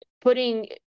putting